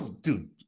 dude